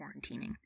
quarantining